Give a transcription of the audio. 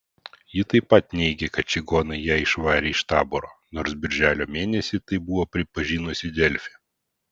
ji taip pat neigė kad čigonai ją išvarė iš taboro nors birželio mėnesį tai buvo pripažinusi delfi